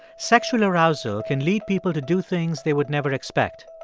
sexual arousal can lead people to do things they would never expect,